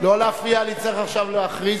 לא להפריע, אני צריך עכשיו להכריז.